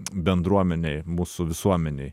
bendruomenėj mūsų visuomenėj